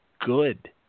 good